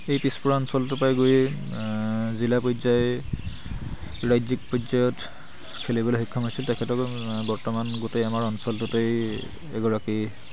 এই পিছপৰা অঞ্চলটোৰ পৰাই গৈয়ে জিলা পৰ্যায় ৰাজ্যিক পৰ্যায়ত খেলিবলৈ সক্ষম হৈছিল তেখেতক বৰ্তমান গোটেই আমাৰ অঞ্চলটোতেই এগৰাকী